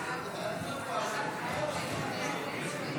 לא נתקבלה.